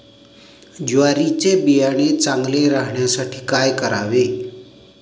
ज्वारीचे बियाणे चांगले राहण्यासाठी काय करावे?